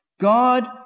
God